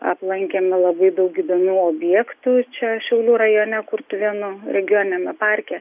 aplankėme labai daug įdomių objektų čia šiaulių rajone kurtuvėnų regioniniame parke